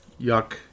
yuck